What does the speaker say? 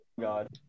god